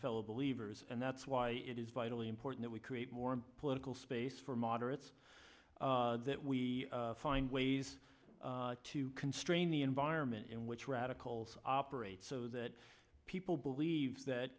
fellow believers and that's why it is vitally important we create more political space for moderates that we find ways to constrain the environment in which radicals operate so that people believe that